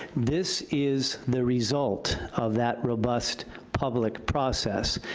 this is the result of that robust public process.